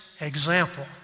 example